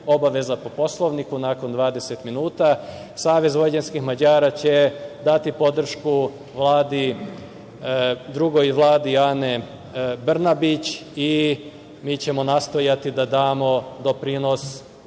obaveza po Poslovniku nakon 20 minuta, Savez vojvođanskih Mađara će dati podršku Vladi, drugoj Vladi Ane Brnabić i mi ćemo nastojati da damo doprinos